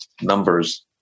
numbers